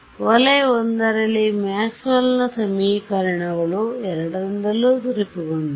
ವಲಯ I ರಲ್ಲಿ ಮ್ಯಾಕ್ಸ್ವೆಲ್ನ ಸಮೀಕರಣಗಳು Maxwell's ಎರಡರಿಂದಲೂ ತೃಪ್ತಿಗೊಂಡಿದೆ